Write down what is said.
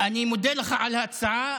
אני מודה לך על ההצעה.